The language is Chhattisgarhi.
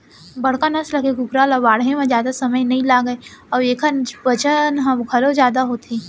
बड़का नसल के कुकरा ल बाढ़े म जादा समे नइ लागय अउ एकर बजन ह घलौ जादा होथे